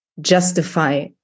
justify